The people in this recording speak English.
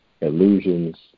illusions